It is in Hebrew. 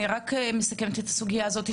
אני רק מסכמת את הסוגייה הזאת.